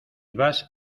vas